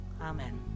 Amen